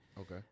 Okay